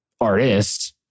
artist